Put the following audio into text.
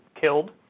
killed